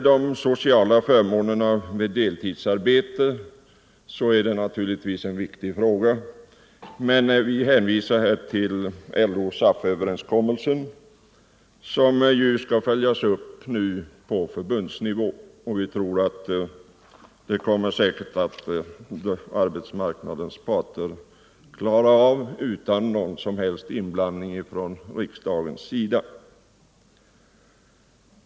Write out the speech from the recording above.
De sociala förmånerna vid deltidsarbete är naturligtvis en viktig fråga. Men vi hänvisar här till LO-SAF-överenskommelsen som ju nu skall följas upp på förbundsnivå. Detta kommer säkerligen arbetsmarknadens parter att klara utan någon som helst inblandning från riksdagens sida.